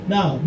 Now